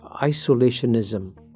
isolationism